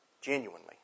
genuinely